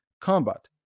combat